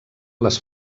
les